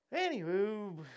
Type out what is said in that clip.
Anywho